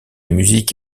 musique